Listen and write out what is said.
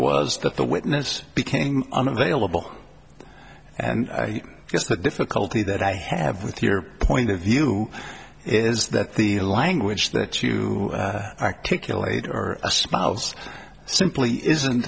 that the witness became unavailable and i guess the difficulty that i have with your point of view is that the language that you articulate or a spouse simply isn't